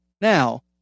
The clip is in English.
Now